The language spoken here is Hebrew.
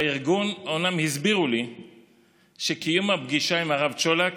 בארגון אומנם הסבירו לי שקיום הפגישה עם הרב צ'ולק